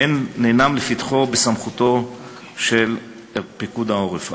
הם אינם לפתחו ובסמכותו של פיקוד העורף,